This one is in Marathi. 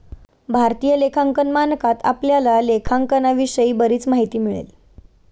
भारतीय लेखांकन मानकात आपल्याला लेखांकनाविषयी बरीच माहिती मिळेल